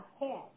ahead